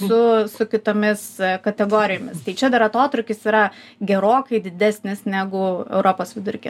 su su kitomis kategorijomis tai čia dar atotrūkis yra gerokai didesnis negu europos vidurki